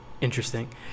interesting